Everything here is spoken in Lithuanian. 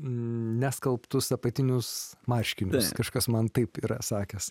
neskalbtus apatinius marškinius kažkas man taip yra sakęs